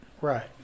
right